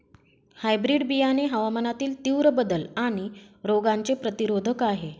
hybrid बियाणे हवामानातील तीव्र बदल आणि रोगांचे प्रतिरोधक आहे